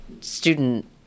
student